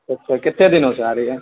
اچّھا کتنے دنوں سے آ رہی ہے